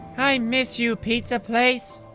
i miss you, pizza place.